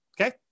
Okay